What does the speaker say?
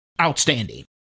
outstanding